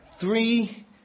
Three